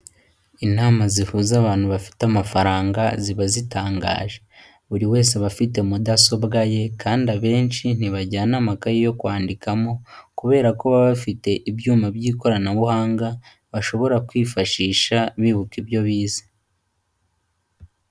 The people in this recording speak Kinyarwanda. Inama zihuza abantu bafite amafaranga ziba zitangaje. Buri wese aba afite mudasobwa ye kandi abenshi ntibajyana amakaye yo kwandikamo, kubera ko baba bafite ibyuma by'ikoranabuhanga bashobora kwifashisha bibuka ibyo bize.